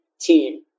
team